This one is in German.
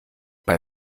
bei